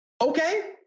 Okay